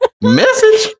Message